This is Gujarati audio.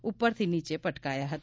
જે ઉપરથી નીચે પટકાયા હતા